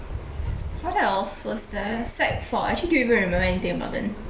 what else was there sec four actually do you even remember anything important